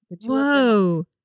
whoa